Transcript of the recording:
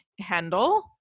handle